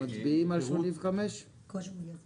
אז מצביעים על 85 אחד-אחד?